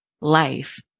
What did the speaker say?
life